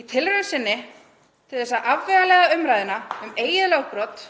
Í tilraun sinni til að afvegaleiða umræðuna um eigin lögbrot